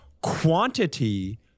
quantity